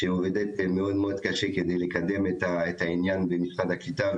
שעובדת מאוד מאוד קשה כדי לקדם את העניין במשרד הקליטה,